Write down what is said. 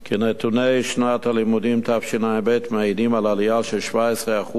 כי נתוני שנת הלימודים תשע"ב מעידים על עלייה של 17%